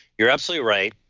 you're absolutely right,